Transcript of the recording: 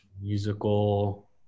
Musical